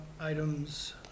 items